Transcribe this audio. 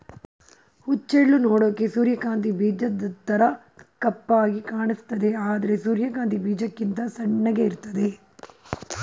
ಹುಚ್ಚೆಳ್ಳು ನೋಡೋಕೆ ಸೂರ್ಯಕಾಂತಿ ಬೀಜದ್ತರ ಕಪ್ಪಾಗಿ ಕಾಣಿಸ್ತದೆ ಆದ್ರೆ ಸೂರ್ಯಕಾಂತಿ ಬೀಜಕ್ಕಿಂತ ಸಣ್ಣಗೆ ಇರ್ತದೆ